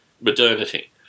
modernity